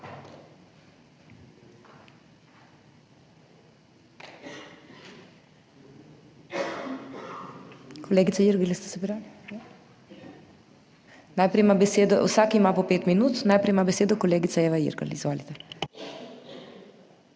Kolegica Irgl, ste se prijavili? Vsak ima po 5 minut. Najprej ima besedo kolegica Eva Irgl, izvolite.